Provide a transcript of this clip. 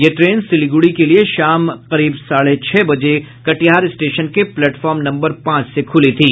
यह ट्रेन सिलीगुड़ी के लिए शाम करीब साढ़े छह बजे कटिहार स्टेशन के प्लेटफॉर्म नम्बर पांच से खुली थी